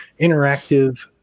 interactive